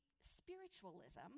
spiritualism